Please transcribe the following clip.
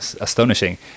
astonishing